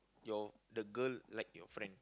your the girl like your friend